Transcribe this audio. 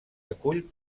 acull